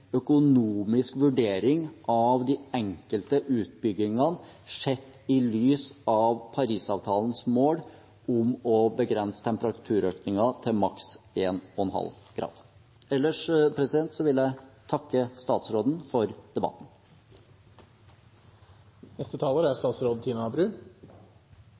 økonomisk vurdering av de enkelte utbyggingene sett i lys av Parisavtalens mål om å begrense temperaturøkningen til maks 1,5 grader. Ellers vil jeg takke statsråden for debatten. Jeg vil også starte med å takke for debatten. Dette er